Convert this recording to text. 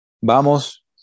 Vamos